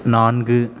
நான்கு